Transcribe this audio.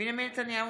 בנימין נתניהו,